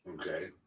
Okay